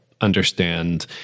understand